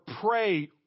pray